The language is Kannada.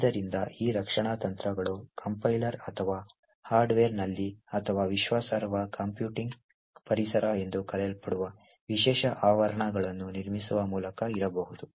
ಆದ್ದರಿಂದ ಈ ರಕ್ಷಣಾ ತಂತ್ರಗಳು ಕಂಪೈಲರ್ ಅಥವಾ ಹಾರ್ಡ್ವೇರ್ನಲ್ಲಿ ಅಥವಾ ವಿಶ್ವಾಸಾರ್ಹ ಕಂಪ್ಯೂಟಿಂಗ್ ಪರಿಸರ ಎಂದು ಕರೆಯಲ್ಪಡುವ ವಿಶೇಷ ಆವರಣಗಳನ್ನು ನಿರ್ಮಿಸುವ ಮೂಲಕ ಇರಬಹುದು